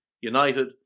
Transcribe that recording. United